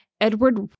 Edward